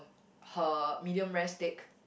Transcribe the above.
her medium rare steak